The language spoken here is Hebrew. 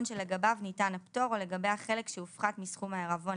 שלגביו ניתן הפטור או לגבי החלק שהופחת מסכום העירבון,